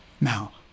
Now